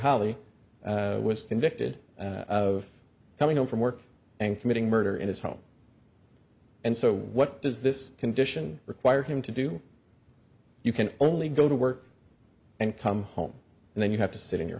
holley was convicted of coming home from work and committing murder in his home and so what does this condition require him to do you can only go to work and come home and then you have to sit in your